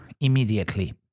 immediately